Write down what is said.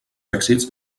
èxits